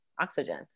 oxygen